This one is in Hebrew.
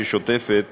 ששוטפת